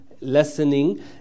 lessening